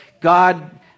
God